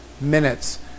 minutes